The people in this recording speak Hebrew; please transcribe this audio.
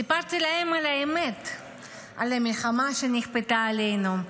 סיפרתי להם את האמת על המלחמה שנכפתה עלינו,